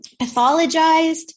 pathologized